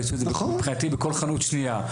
ויש את זה מבחינתי בכל חנות שנייה.